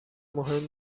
مهم